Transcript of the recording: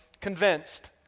convinced